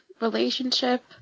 relationship